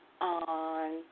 on